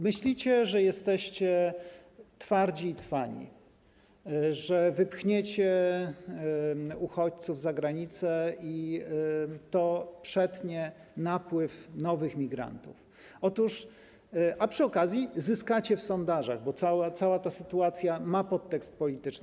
Myślicie, że jesteście twardzi i cwani, że wypchniecie uchodźców za granicę i to przetnie napływ nowych migrantów, a przy okazji zyskacie w sondażach, bo cała ta sytuacja ma podtekst polityczny.